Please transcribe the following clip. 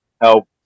help